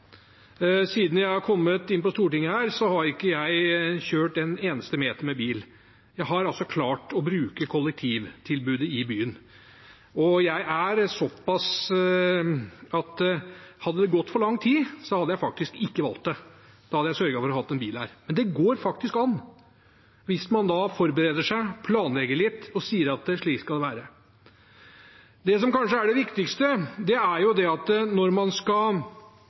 siden. Verden har endret seg totalt. Siden jeg kom inn på Stortinget, har jeg ikke kjørt en eneste meter med bil, jeg har klart å bruke kollektivtilbudet i byen. Men hadde det gått for lang tid, hadde jeg ikke valgt det, da hadde jeg sørget for å ha en bil her. Men det går faktisk an hvis man forbereder seg, planlegger litt og sier at slik skal det være. Det som kanskje er det viktigste, er at når man skal